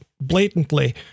blatantly